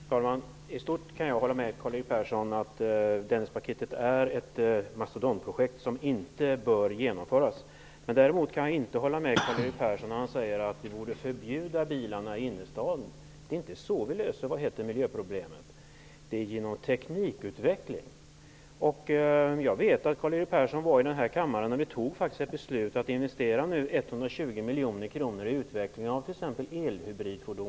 Herr talman! I stort kan jag hålla med Karl-Erik Persson att Dennispaketet är ett mastodontprojekt som inte bör genomföras. Men däremot kan jag inte hålla med Karl-Erik Persson när han anser att bilarna skall förbjudas i innerstaden. Det är inte så vi löser miljöproblemen, utan det är med hjälp av teknikutveckling. Jag vet att Karl-Erik Persson var med i kammaren när vi fattade beslut om att investera 120 miljoner kronor i utveckling av t.ex. elhybridfordon.